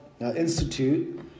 institute